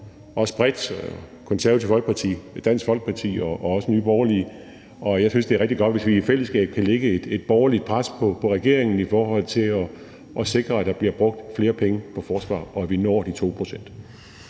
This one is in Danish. Konservative Folkeparti, Dansk Folkeparti og også Nye Borgerlige, og jeg synes, det er rigtig godt, hvis vi i fællesskab kan lægge et borgerligt pres på regeringen for at sikre, at der bliver brugt flere penge på Forsvaret, og at vi når de 2 pct.